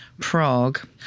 Prague